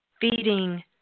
Feeding